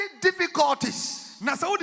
difficulties